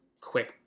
Quick